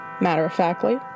matter-of-factly